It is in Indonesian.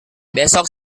besok